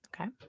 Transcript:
okay